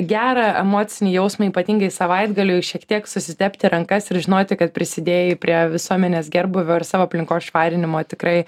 gerą emocinį jausmą ypatingai savaitgaliui šiek tiek susitepti rankas ir žinoti kad prisidėjai prie visuomenės gerbūvio ir savo aplinkos švarinimo tikrai